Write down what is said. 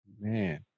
Man